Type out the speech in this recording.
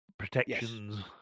protections